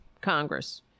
Congress